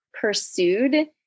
pursued